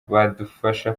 badufasha